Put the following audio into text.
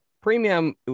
Premium